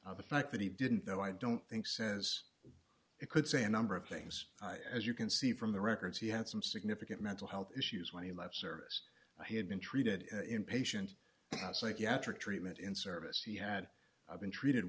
that the fact that he didn't though i don't think says it could say a number of things as you can see from the records he had some significant mental health issues when he left service he had been treated in inpatient psychiatric treatment in service he had been treated